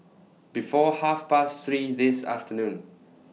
before Half Past three This afternoon